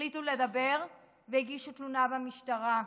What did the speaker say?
החליטו לדבר והגישו תלונה במשטרה.